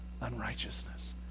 unrighteousness